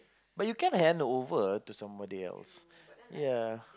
but you can handover to somebody else